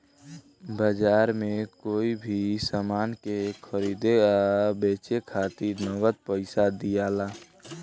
बाजार में कोई भी सामान के खरीदे आ बेचे खातिर नगद पइसा दियाला